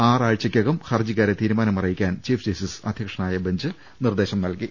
ആറാഴ്ച്ചക്കകം ഹർജിക്കാരെ തീരുമാനം അറിയി ക്കാൻ ചീഫ് ജസ്റ്റിസ് അധ്യക്ഷനായ ബെഞ്ച് നിർദേശം നൽകി